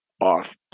off